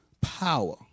power